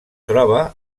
troba